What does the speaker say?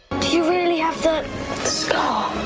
do you really have the scar?